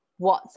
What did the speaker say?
WhatsApp